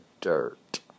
dirt